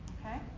Okay